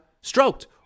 stroked